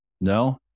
no